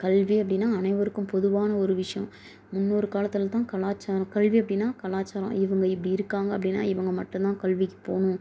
கல்வி அப்படினா அனைவருக்கும் பொதுவான ஒரு விஷயம் முன்னோரு காலத்தில் தான் கலாச்சாரம் கல்வி அப்படினா கலாச்சாரம் இவங்க இப்படி இருக்காங்க அப்படினா இவங்க மட்டும்தான் கல்விக்கு போகணும்